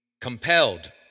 Compelled